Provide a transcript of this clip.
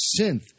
synth